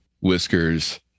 whiskers